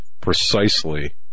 precisely